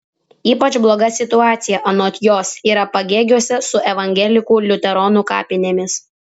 ypač bloga situacija anot jos yra pagėgiuose su evangelikų liuteronų kapinėmis